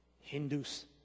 Hindus